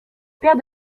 père